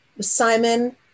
Simon